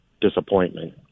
disappointment